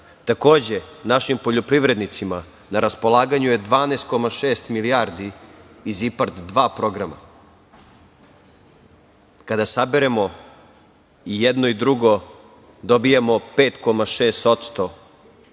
Takođe, našim poljoprivrednicima na raspolaganju je 12,6 milijardi iz IPARD 2 programa. Kada saberemo i jedno i drugo dobijamo 5,6%